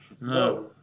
No